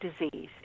disease